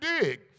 dig